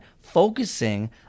focusing